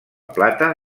plata